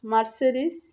Mercedes